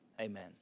Amen